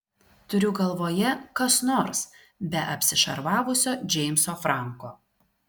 turiu galvoje kas nors be apsišarvavusio džeimso franko